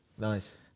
Nice